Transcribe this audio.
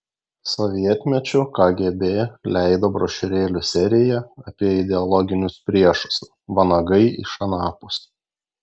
sovietmečiu kgb leido brošiūrėlių seriją apie ideologinius priešus vanagai iš anapus